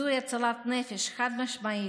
זוהי הצלת נפש חד-משמעית,